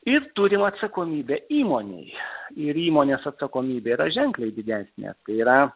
ir turim atsakomybę įmonei ir įmonės atsakomybė yra ženkliai didesnė yra